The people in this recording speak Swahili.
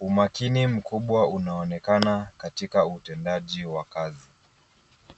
Umakini mkubwa unaonekana katika utendaji wa kazi.